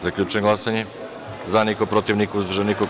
Zaključujem glasanje: za – niko, protiv – niko, uzdržanih – nema.